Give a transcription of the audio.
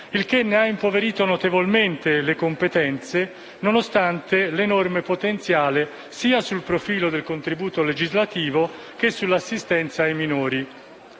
Il che ne ha impoverito notevolmente le competenze nonostante l'enorme potenziale sia sul profilo del contributo legislativo, che sull'assistenza ai minori.